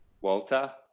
Walter